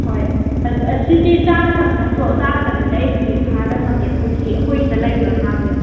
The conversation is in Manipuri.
ꯍꯣꯏ ꯑꯁꯤꯗꯤ ꯆꯥꯒꯗꯕ ꯅꯠꯇ꯭ꯔꯣ ꯆꯥꯒꯗꯕꯗꯨꯗꯤ ꯑꯩ ꯍꯧꯖꯤꯛ ꯐꯥꯔꯝꯃꯒꯦ ꯑꯩꯈꯣꯏꯒꯤ ꯑꯩꯈꯣꯏ ꯁꯤꯗ ꯂꯩꯕ ꯉꯥꯒꯩ